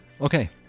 Okay